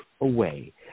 away